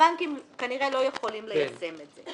הבנקים כנראה לא יכולים ליישם את זה.